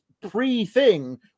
pre-thing